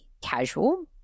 casual